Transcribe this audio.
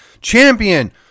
champion